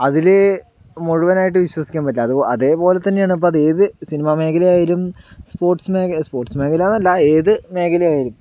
അതില് മുഴുവനായിട്ട് വിശ്വസിക്കാൻ പറ്റില്ല അത് അതേപോലെ തന്നെ ഇപ്പോൾ അത് ഏത് സിനിമ മേഖലയായാലും സ്പോർട്സ് മേഖല സ്പോർട്സ് മേഖല എന്ന് അല്ല ഏത് മേഖലയായാലും